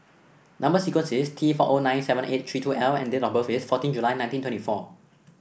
number sequence is T four O nine seven eight three two L and date of birth is fourteen July nineteen twenty four